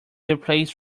replaced